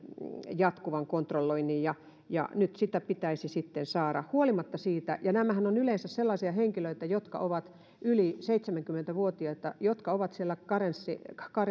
jatkuvan kontrolloinnin ja ja nyt se pitäisi sitten saada tehtyä siitä huolimatta että nämähän ovat yleensä sellaisia henkilöitä jotka ovat yli seitsemänkymmentä vuotiaita jotka ovat siellä